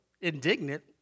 indignant